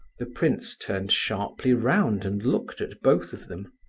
the prince turned sharply round and looked at both of them.